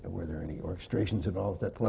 were there any orchestrations at all at that point?